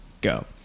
go